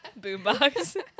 boombox